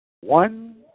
One